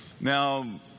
Now